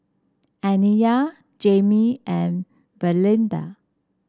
Aniyah Jamie and Valinda